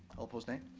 all opposed, nay.